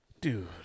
Dude